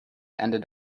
ended